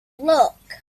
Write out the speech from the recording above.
luck